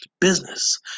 business